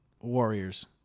warriors